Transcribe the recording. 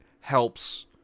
helps